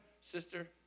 sister